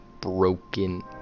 broken